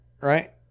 right